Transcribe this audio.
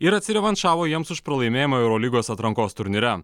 ir atsirevanšavo jiems už pralaimėjimą eurolygos atrankos turnyre